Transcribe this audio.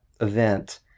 event